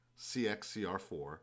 CXCR4